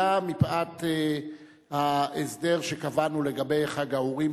מפאת ההסדר שקבענו לגבי חג האורים,